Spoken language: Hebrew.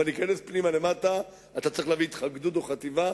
אבל להיכנס פנימה למטה אתה צריך להביא גדוד או חטיבה,